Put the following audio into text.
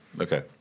Okay